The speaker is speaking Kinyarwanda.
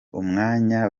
umwanya